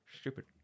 Stupid